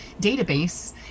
database